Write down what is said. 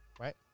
right